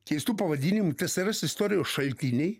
keistu pavadinimu tsrs istorijos šaltiniai